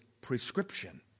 prescription